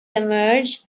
emerge